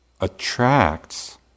attracts